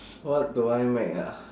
what do I make ah